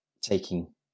taking